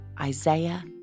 Isaiah